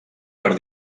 per